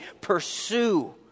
pursue